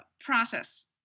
process